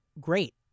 great